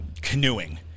canoeing